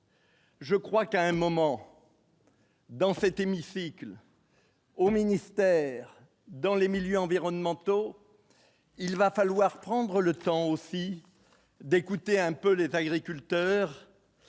Je crois qu'à un moment. Dans cette hémicycle au ministère dans les milieux environnementaux, il va falloir prendre le temps aussi d'écouter un peu les agriculteurs